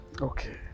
Okay